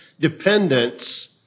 dependence